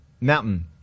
mountain